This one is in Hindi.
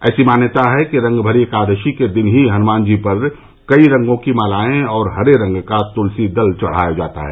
ऐसी मान्यता है कि रंगभरी एकादशी के दिन ही हनुमान जी पर कई रंगों की मालाएं और हरे रंग का तुलसी दल चढ़ाया जाता है